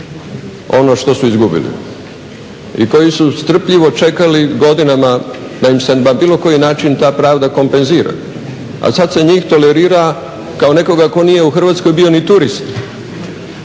ono što su izgubili i koji su strpljivo čekali godinama da im se na bilo koji način ta pravda kompenzira. A sada se njih tolerira kao nekoga tko nije u Hrvatskoj bio ni turist,